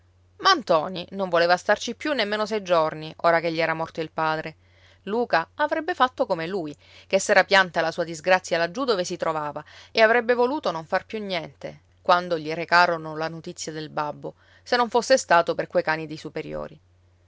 ntoni non voleva starci più nemmeno sei giorni ora che gli era morto il padre luca avrebbe fatto come lui che s'era pianta la sua disgrazia laggiù dove si trovava e avrebbe voluto non far più niente quando gli recarono la notizia del babbo se non fosse stato per quei cani di superiori